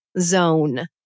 zone